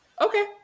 okay